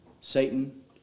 Satan